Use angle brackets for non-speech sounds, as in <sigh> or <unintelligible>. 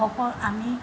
<unintelligible> আমি